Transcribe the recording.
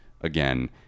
again